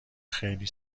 خیلی